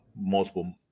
multiple